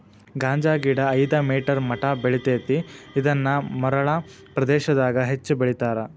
ಗಾಂಜಾಗಿಡಾ ಐದ ಮೇಟರ್ ಮಟಾ ಬೆಳಿತೆತಿ ಇದನ್ನ ಮರಳ ಪ್ರದೇಶಾದಗ ಹೆಚ್ಚ ಬೆಳಿತಾರ